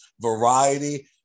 variety